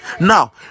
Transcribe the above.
Now